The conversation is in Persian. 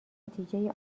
نتیجه